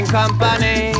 company